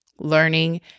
learning